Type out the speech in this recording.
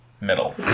middle